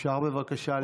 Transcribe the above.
אפשר בבקשה לקרוא,